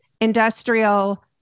industrial